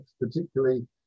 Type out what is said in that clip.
particularly